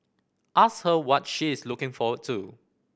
ask her what she is looking forward to